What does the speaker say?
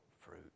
fruit